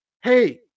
Hey